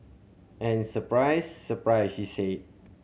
and surprise surprise she said